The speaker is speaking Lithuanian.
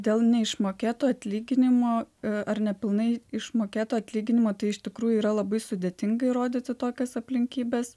dėl neišmokėto atlyginimo ar nepilnai išmokėto atlyginimo tai iš tikrųjų yra labai sudėtinga įrodyti tokias aplinkybes